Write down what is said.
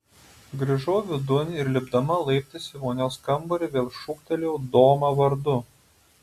grįžau vidun ir lipdama laiptais į vonios kambarį vėl šūktelėjau domą vardu